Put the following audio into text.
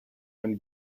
and